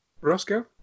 Roscoe